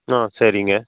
ஆ சரிங்க